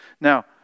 Now